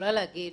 יכולה להגיד